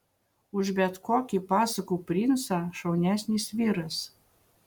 už bet kokį pasakų princą šaunesnis vyras